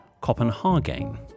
Copenhagen